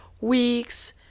weeks